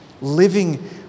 living